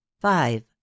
Five